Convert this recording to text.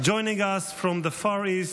Joining us from the Far East,